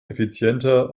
effizienter